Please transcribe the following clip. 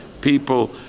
people